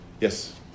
Yes